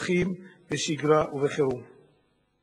לכל חולה או פצוע בישראל ומתחילים להעניק